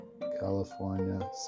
California